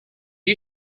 you